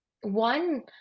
one